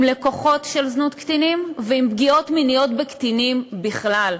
לקוחות של זנות קטינים ובפגיעות מיניות בקטינים בכלל.